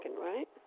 right